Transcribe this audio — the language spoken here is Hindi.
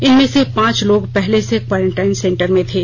इनमें से पांच लोग पहले से क्वॉरेंटाइन सेंटर में थे